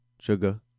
Sugar